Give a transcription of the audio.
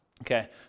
Okay